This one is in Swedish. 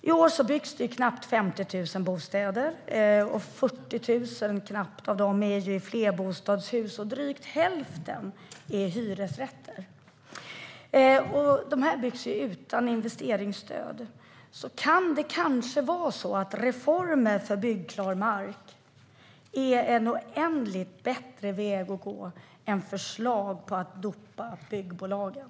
I år byggs det knappt 50 000 bostäder. Av dem är knappt 40 000 i flerbostadshus. Drygt hälften av dessa är hyresrätter, och de byggs utan investeringsstöd. Kan det kanske vara så att reformer för byggklar mark är en oändligt mycket bättre väg att gå än förslag på att dopa byggbolagen?